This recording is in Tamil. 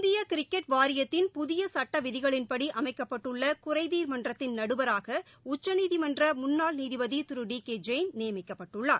இந்திய கிரிக்கெட் வாரியத்தின் புதிய சுட்ட விதிகளின்படி அமைக்கப்பட்டுள்ள குறைதீர் மன்றத்தின் நடுவராக உச்சநீதிமன்ற முன்னாள் நீதிபதி திரு டி கே ஜெயின் நியமிக்கப்பட்டுள்ளார்